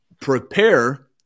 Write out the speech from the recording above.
prepare